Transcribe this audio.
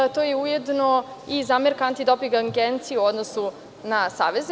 To je ujedno i zamerka Antidoping agenciji u odnosu na saveze.